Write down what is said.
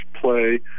play